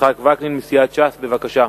יצחק וקנין מסיעת ש"ס, בבקשה.